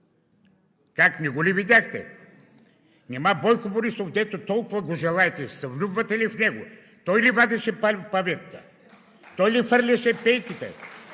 Как? Не го ли видяхте? Нима Бойко Борисов, дето толкова го желаете – ще се влюбвате ли в него? Той ли вадеше паветата? Той ли хвърляше пейките?